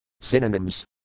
Synonyms